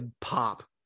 pop